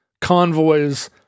convoys